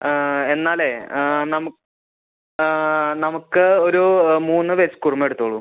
ആ എന്നാലെ ആ നമുക്ക് ആ നമുക്ക് ഒരു മൂന്ന് വെജ്ജ് കുറുമ എടുത്തോളു